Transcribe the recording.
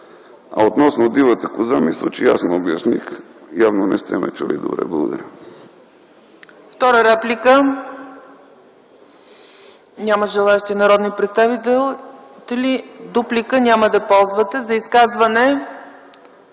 А относно дивата коза, мисля, че ясно обясних. Явно не сте ме чули добре. Благодаря.